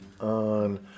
on